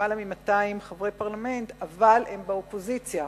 למעלה מ-200 חברי פרלמנט, אבל הם באופוזיציה.